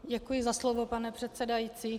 Děkuji za slovo, pane předsedající.